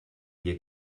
dia